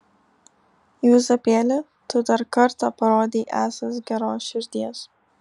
juozapėli tu dar kartą parodei esąs geros širdies